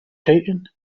شيء